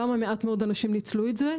למה מעט מאוד אנשים ניצלו את זה?